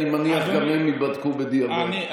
אני מניח שגם הם ייבדקו בדיעבד.